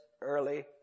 early